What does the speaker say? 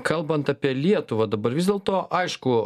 kalbant apie lietuvą dabar vis dėlto aišku